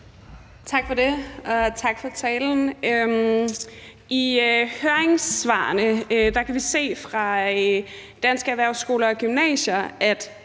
Tak for det, og tak for talen. I høringssvaret fra Danske Erhvervsskoler og -Gymnasier kan